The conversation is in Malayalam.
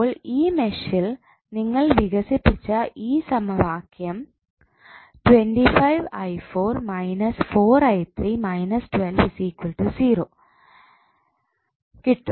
ഇപ്പോൾ ഈ മെഷിൽ നിങ്ങൾ വികസിപ്പിച്ച ഈ സമവാക്യം കിട്ടും